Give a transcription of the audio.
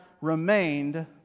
remained